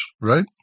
right